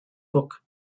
book